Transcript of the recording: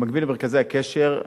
במקביל למרכזי הקשר,